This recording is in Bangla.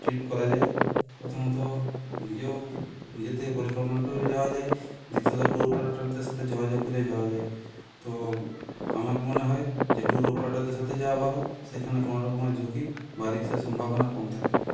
ট্রিপ করা যায় প্রথমত নিজেও নিজের থেকে পরিকল্পনা করে যাওয়া যায় দ্বিতীয়ত ট্যুর অপারেটারদের সাথে যোগাযোগ করে যাওয়া যায় তো আমার মনে হয় যে ট্যুর অপারেটারদের সাথে যাওয়া ভালো সেখানে কোনও রকমের ঝুঁকি বা রিস্কের সম্ভাবনা কম থাকে